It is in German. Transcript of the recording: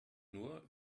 nur